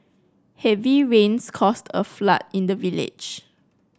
heavy rains caused a flood in the village